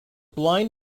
blind